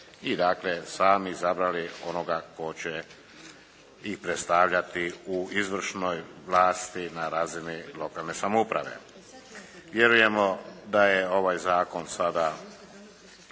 i dakle sami izabrali onoga tko će i predstavljati u izvršnoj vlasti na razini lokalne samouprave. Vjerujemo da je ovaj Zakon sada